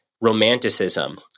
romanticism